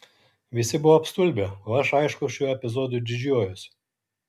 visi buvo apstulbę o aš aišku šiuo epizodu didžiuojuosi